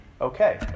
okay